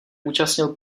účastnil